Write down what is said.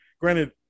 granted